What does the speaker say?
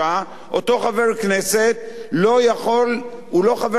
אותו חבר כנסת לא יכול, הוא לא חבר כנסת מלא.